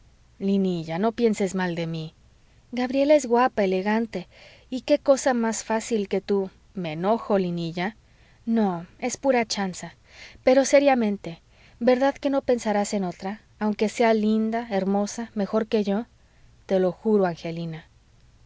linilla no pienses mal de mí gabriela es guapa elegante y qué cosa más fácil que tú me enojo linilla no es pura chanza pero seriamente verdad que no pensarás en otra aunque sea linda hermosa mejor que yo te lo juro angelina